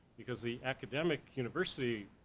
because the academic university